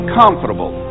comfortable